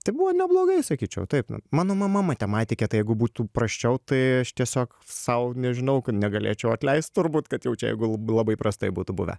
tai buvo neblogai sakyčiau taip mano mama matematikė tai jeigu būtų prasčiau tai aš tiesiog sau nežinau negalėčiau atleist turbūt kad jau čia jeigu labai prastai būtų buvę